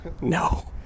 No